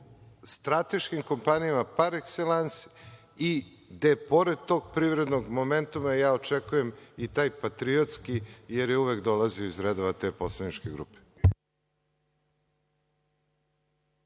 strateškim kompanijama, par ekselans, i gde pored tog privrednog momenta ja očekujem i taj patriotski, jer je uvek dolazio iz redova te poslaničke grupe.